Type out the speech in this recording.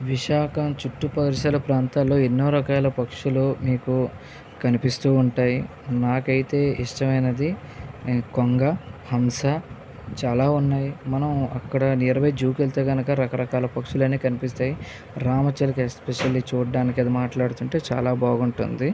విశాఖ చుట్టు పరిసర ప్రాంతాల్లో ఎన్నో రకాల పక్షులు మీకు కనిపిస్తూ ఉంటాయి నాకైతే ఇష్టమైనది కొంగ హంస చాలా ఉన్నాయి మనం అక్కడ నియర్ బై జూకి వెళ్తే కనుక రకరకాల పక్షులైన కనిపిస్తాయి రామచిలుక ఎస్పెషల్లి చూడడానికి మాట్లాడుతుంటే చాలా బాగుంటుంది